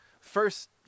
First